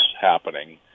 happening